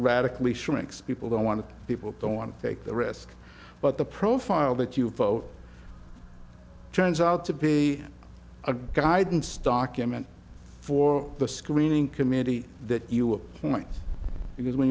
radically shrinks people don't want to people don't want to take the risk but the profile that you have of turns out to be a guidance document for the screening committee that you might use when